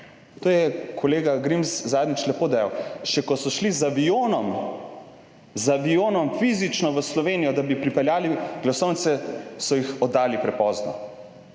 To je kolega Grims zadnjič lepo dejal. Še ko so šli z avionom fizično v Slovenijo, da bi pripeljali glasovnice, so jih oddali prepozno,